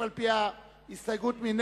לא